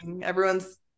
Everyone's